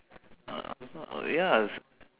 ya